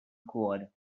quad